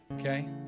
Okay